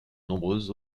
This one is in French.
nombreuses